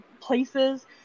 places